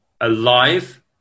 alive